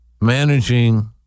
managing